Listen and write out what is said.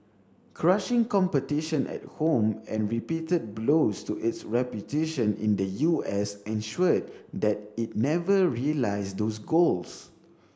crushing competition at home and repeated blows to its reputation in the U S ensured that it never realised those goals